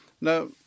Now